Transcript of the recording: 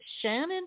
Shannon